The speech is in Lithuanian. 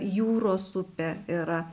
jūros upė yra